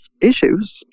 issues